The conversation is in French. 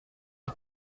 une